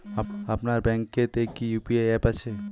আপনার ব্যাঙ্ক এ তে কি ইউ.পি.আই অ্যাপ আছে?